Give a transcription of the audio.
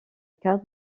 cadre